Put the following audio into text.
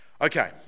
Okay